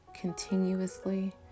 continuously